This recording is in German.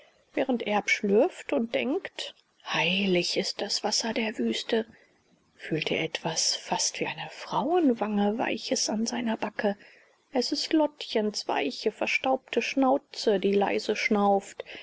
während erb schlürft und denkt heilig ist das wasser der wüste fühlt er etwas fast wie eine frauenwange weiches an seiner backe es ist lottchens weiche verstaubte schnauze die leise schnauft